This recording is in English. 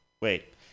Wait